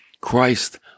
Christ